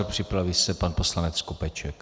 Připraví se pan poslanec Skopeček.